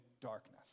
darkness